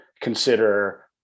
consider